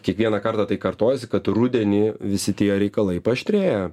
kiekvieną kartą tai kartojasi kad rudenį visi tie reikalai paaštrėja